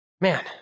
man